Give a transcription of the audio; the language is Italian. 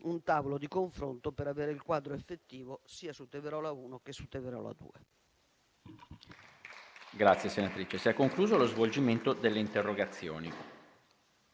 un tavolo di confronto per avere il quadro effettivo sia su Teverola 1 che su Teverola 2.